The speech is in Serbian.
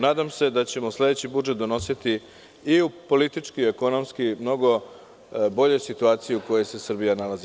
Nadam se da ćemo sledeći budžet donositi i u politički i ekonomski mnogo boljoj situaciji u kojoj se Srbija nalazi.